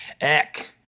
Eck